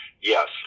Yes